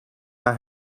naar